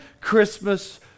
christmas